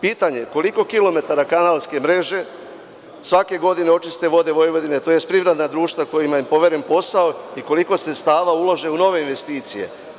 Pitanje, koliko kilometara kanalske mreže svake godine očiste „Vode Vojvodine“, tj. privredna društva kojima je poveren posao i koliko sredstava ulaže u nove investicije?